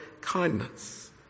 kindness